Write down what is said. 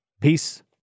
Peace